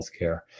healthcare